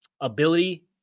ability